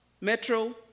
Metro